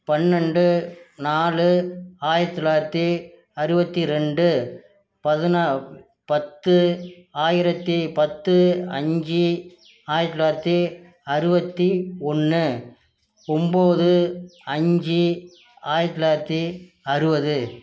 பன்னெண்டு நாலு ஆயிரத்தி தொள்ளாயிரத்தி அறுபத்தி ரெண்டு பதினா பத்து ஆயிரத்தி பத்து அஞ்சு ஆயிரத்தி தொள்ளாயிரத்தி அறுபத்தி ஒன்று ஒம்பது அஞ்சு ஆயிரத்தி தொள்ளாயிரத்தி அறுபது